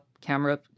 camera